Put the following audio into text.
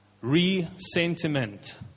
Re-sentiment